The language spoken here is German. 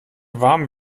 warm